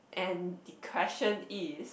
and the question is